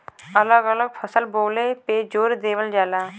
अलग अलग फसल बोले पे जोर देवल जाला